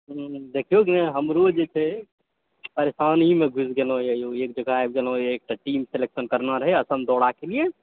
देखियौ हमरो जे छै परेशानीमे घुसि गेलहुँ यौ एक जगह आबि गेलहुँ एकटा टीम सिलेक्शन करना रहय असम दौराकऽ लिअ